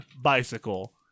bicycle